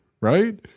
right